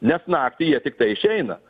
nes naktį jie tiktai išeina